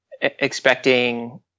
expecting